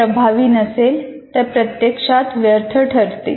हे प्रभावी नसेल तर प्रत्यक्षात व्यर्थ ठरते